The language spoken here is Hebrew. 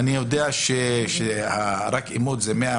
אני יודע שרק אימות זה 180